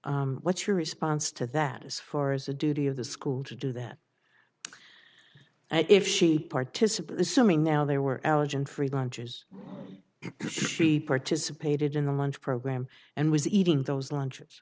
your response to that as far as the duty of the school to do that if she participates sumi now there were allergen free lunches she participated in the lunch program and was eating those lunch